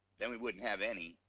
then we wouldn't have any.